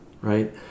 right